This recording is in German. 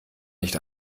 nicht